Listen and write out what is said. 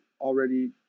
already